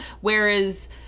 Whereas